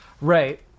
Right